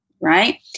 right